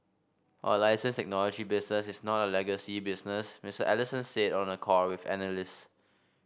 our license technology business is not a legacy business Mister Ellison said on a call with analysts